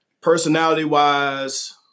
Personality-wise